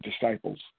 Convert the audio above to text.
disciples